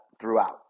throughout